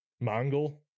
Mongol